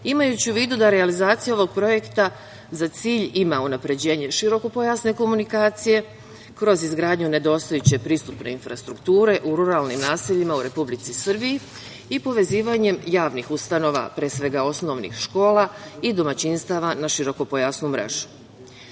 imajući u vidu da realizacija ovog projekta za cilj ima unapređenje širokopojasne komunikacije kroz izgradnju nedostajuće pristupne infrastrukture u ruralnim naseljima u Republici Srbiji i povezivanje javnih ustanova, pre svega osnovnih škola i domaćinstava na širokopojasnu mrežu. Pre